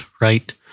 right